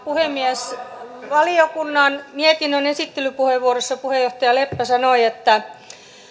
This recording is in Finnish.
puhemies valiokunnan mietinnön esittelypuheenvuorossa puheenjohtaja leppä sanoi että